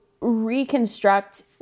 reconstruct